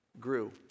grew